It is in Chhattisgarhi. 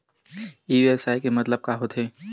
ई व्यवसाय के मतलब का होथे?